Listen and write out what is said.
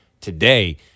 today